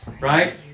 Right